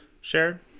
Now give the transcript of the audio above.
share